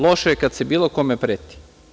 Loše je kad se bilo kome preti.